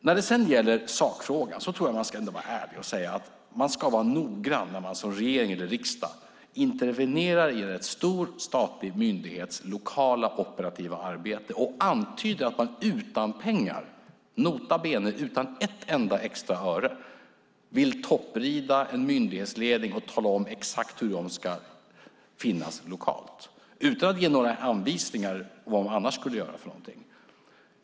När det sedan gäller sakfrågan tror jag att man ändå ska vara ärlig och säga att man ska vara noggrann när man som regering eller riksdag intervenerar i en stor statlig myndighets lokala operativa arbete och antyder att man utan pengar - nota bene utan ett enda extra öre - vill topprida en myndighetsledning och tala om exakt hur den ska finnas lokalt, utan att ge några anvisningar om vad man annars skulle göra.